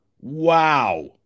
Wow